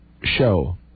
show